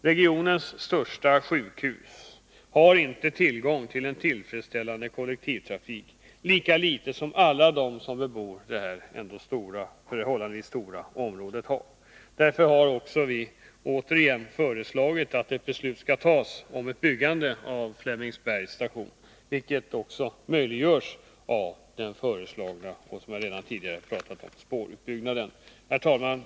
Regionens största sjukhus har inte tillgång till en tillfredsställande kollektivtrafik, lika litet som alla de som bori detta förhållandevis stora område. Därför har vpk återigen föreslagit att beslut skall fattas om byggande av Flemingsbergs station, vilket också möjliggörs av den föreslagna spårutbygganden, som jag redan tidigare har talat om. Herr talman!